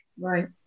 Right